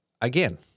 again